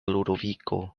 ludoviko